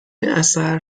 اثر